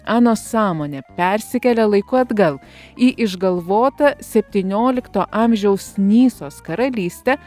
anos sąmonė persikelia laiku atgal į išgalvotą septyniolikto amžiaus nysos karalystę